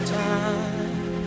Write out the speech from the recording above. time